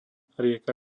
rieka